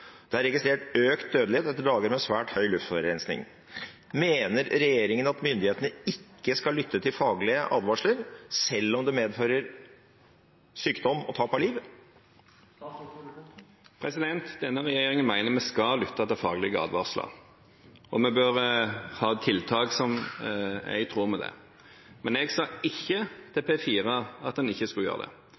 Det er registrert økt dødelighet etter dager med svært høy luftforurensning. Mener regjeringen at myndighetene ikke skal lytte til faglige advarsler, selv om det medfører sykdom og tap av liv?» Denne regjeringen mener vi skal lytte til faglige advarsler, og vi bør ha tiltak som er i tråd med det. Jeg sa ikke til P4 at en ikke skulle gjøre det.